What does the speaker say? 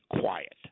quiet